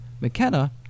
McKenna